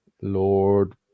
Lord